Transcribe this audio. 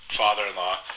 father-in-law